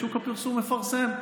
שוק הפרסום מפרסם,